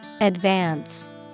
Advance